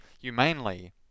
humanely